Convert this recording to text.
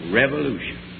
revolution